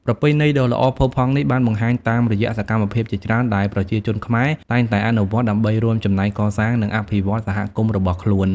ប្រពៃណីដ៏ល្អផូរផង់នេះបានបង្ហាញតាមរយៈសកម្មភាពជាច្រើនដែលប្រជាជនខ្មែរតែងតែអនុវត្តន៍ដើម្បីរួមចំណែកកសាង និងអភិវឌ្ឍន៍សហគមន៍របស់ខ្លួន។